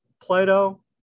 Plato